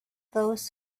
those